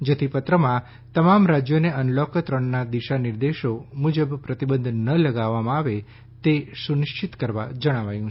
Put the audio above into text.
જેથી પત્રમાં તમામ રાજ્યોને અનલોક ત્રણના દિશા નિર્દેશો મુજબ પ્રતિબંધ ન લગાવવામાં આવે તે સુનિશ્ચિત કરવા જણાવાયું છે